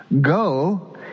go